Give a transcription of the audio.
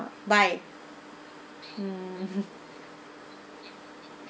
buy